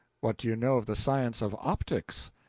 what do you know of the science of optics?